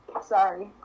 Sorry